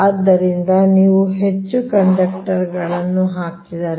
ಆದ್ದರಿಂದ ನೀವು ಹೆಚ್ಚು ಕಂಡಕ್ಟರ್ಗಳನ್ನು ಹಾಕಿದರೆ